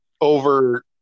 over